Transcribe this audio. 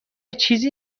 چیزی